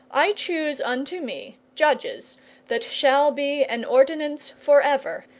i choose unto me judges that shall be an ordinance for ever,